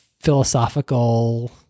philosophical